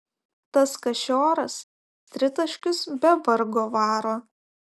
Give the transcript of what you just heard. tas kašioras tritaškius be vargo varo